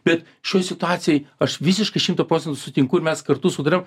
bet šioj situacijoj aš visiškai šimtu procentų sutinku ir mes kartu sutariam